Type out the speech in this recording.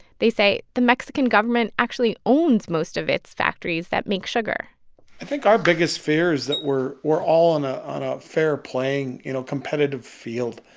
they say the mexican government actually owns most of its factories that make sugar i think our biggest fear is that we're we're all on ah on a fair playing, you know, competitive field.